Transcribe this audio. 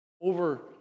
over